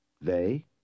They